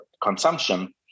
consumption